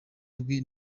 rwe